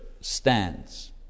stands